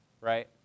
right